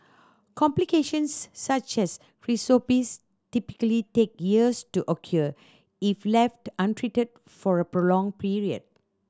complications such as cirrhosis typically take years to occur if left untreated for a prolonged period